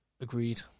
Agreed